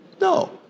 No